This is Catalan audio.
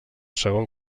segon